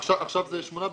עכשיו זה 8 במאי.